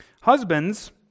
Husbands